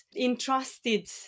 entrusted